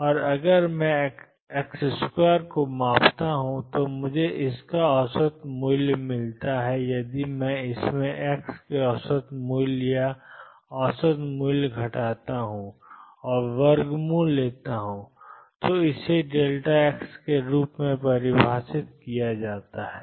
और अगर मैं x2 को मापता हूं तो मुझे इसका औसत मूल्य मिलता है यदि मैं इसमें से एक्स के औसत मूल्य या औसत मूल्य घटाता हूं और वर्गमूल लेता हूं तो इसे x के रूप में परिभाषित किया जाता है